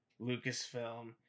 lucasfilm